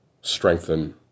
strengthen